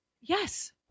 Yes